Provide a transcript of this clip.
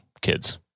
kids